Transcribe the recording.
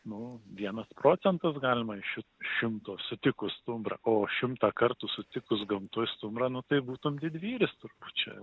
nu vienas procentas galima iš šimto sutikus stumbrą o šimtą kartų sutikus gamtoj stumbrą nu tai būtum didvyris turbūt čia